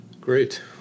Great